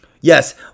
Yes